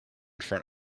front